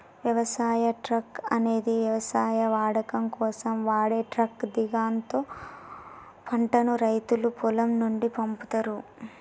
వ్యవసాయ ట్రక్ అనేది వ్యవసాయ వాడకం కోసం వాడే ట్రక్ గిదాంతో పంటను రైతులు పొలం నుండి పంపుతరు